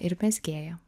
ir mezgėja